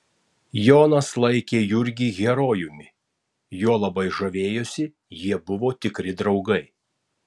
jonas laikė jurgį herojumi juo labai žavėjosi jie buvo tikri draugai